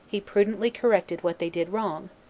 he prudently corrected what they did wrong,